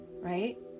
right